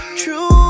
true